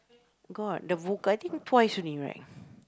got the vo~ i think twice only right